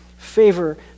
favor